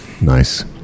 Nice